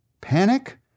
Panic